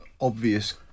obvious